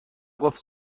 گفت